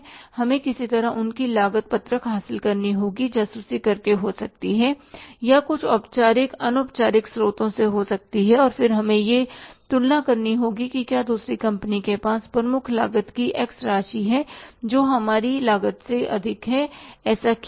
हमें किसी तरह उनकी लागत पत्रक हासिल करनी होगी जासूसी करके हो सकती है या कुछ औपचारिक अनौपचारिक स्रोतों से हो सकती है और फिर हमें यह तुलना करनी होगी कि क्या दूसरी कंपनी के पास प्रमुख लागत की एक्स राशि है और हमारी लागत से अधिक है ऐसा क्यों है